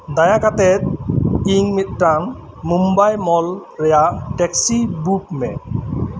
ᱫᱟᱭᱟ ᱠᱟᱛᱮᱫ ᱤᱧ ᱢᱤᱫᱴᱟᱝ ᱢᱩᱢᱵᱟᱭ ᱢᱚᱞ ᱨᱮᱭᱟᱜ ᱴᱮᱠᱥᱤ ᱵᱩᱠ ᱢᱮ